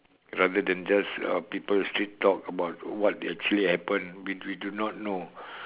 rather than just uh people still talk about what actually happen which we do not know